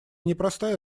непростая